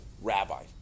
Rabbi